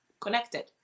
connected